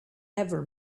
ever